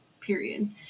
period